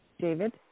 David